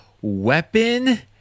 Weapon